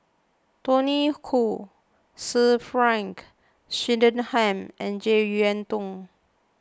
Tony Khoo Sir Frank Swettenham and Jek Yeun Thong